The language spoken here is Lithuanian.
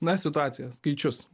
na situaciją skaičius